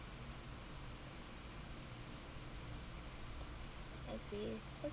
as if